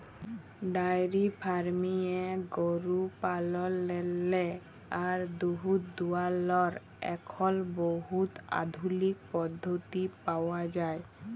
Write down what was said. diary ফার্মিংয়ে গরু পাললেরলে আর দুহুদ দুয়ালর এখল বহুত আধুলিক পদ্ধতি পাউয়া যায়